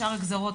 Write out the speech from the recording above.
בשאר הגזרות,